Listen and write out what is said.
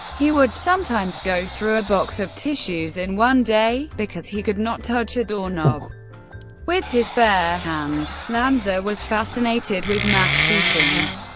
he would sometimes go through a box of tissues in one day, because he could not touch a doorknob with his bare hand. lanza was fascinated with mass shootings,